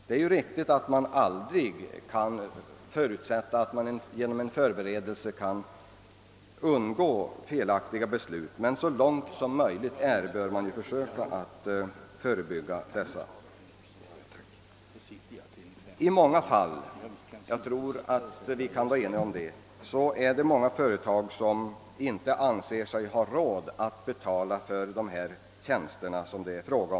Det är riktigt att man aldrig kan förutsätta att det går att undvika felaktiga beslut genom förberedelse, men så långt möjligt bör man naturligtvis försöka att göra det. I många fall — jag tror att vi kan vara eniga om det — anser sig småföretagen inte ha råd att betala för de tjänster det gäller.